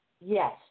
Yes